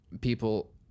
people